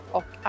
och